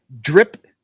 drip